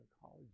college